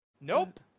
Nope